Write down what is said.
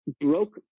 broke